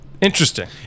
interesting